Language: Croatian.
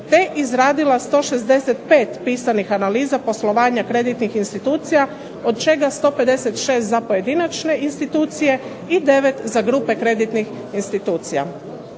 te izradila 165 pisanih analiza poslovanja kreditnih institucija od čega 156 za pojedinačne institucije i 9 za grupe kreditnih institucija.